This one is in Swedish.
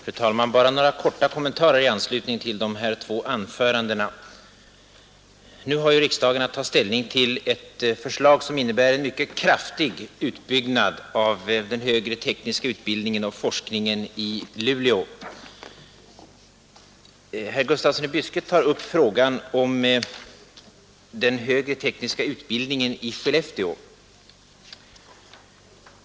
Fru talman! Bara några korta kommentarer i anledning av dessa två anföranden. Riksdagen har att ta ställning till ett förslag, som innebär en mycket kraftig utbyggnad av den högre tekniska utbildningen och forskningen i Luleå. Herr Gustafsson i Byske tar upp frågan om den högre tekniska utbildningen i Skellefteå.